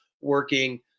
working